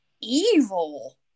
evil